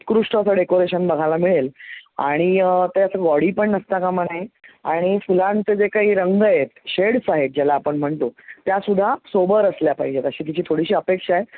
उत्कृष्ट असं डेकोरेशन बघायला मिळेल आणि ते असं गॉडी पण असता कामा नाही आणि फुलांचे जे काही रंग आहेत शेडस आहेत ज्याला आपण म्हणतो त्यासुद्धा सोबर असल्या पाहिजेत अशी तिची थोडीशी अपेक्षा आहे